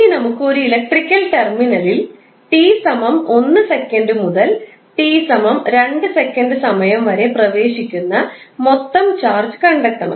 ഇനി നമുക്ക് ഒരു ഇലക്ട്രിക്കൽ ടെർമിനലിൽ t 1 സെക്കൻഡ് മുതൽ t 2 സെക്കൻഡ് സമയം വരെ പ്രവേശിക്കുന്ന മൊത്തം ചാർജ് കണ്ടെത്തണം